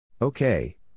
Okay